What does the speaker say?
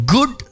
Good